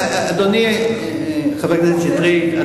אדוני חבר הכנסת שטרית,